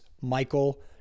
michael